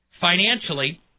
Financially